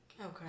Okay